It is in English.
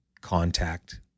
contact